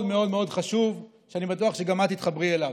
מאוד מאוד חשוב שאני בטוח שגם את תתחברי אליו.